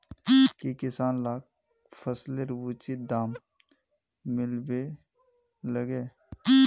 की किसान लाक फसलेर उचित दाम मिलबे लगे?